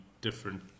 different